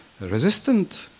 resistant